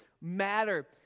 matter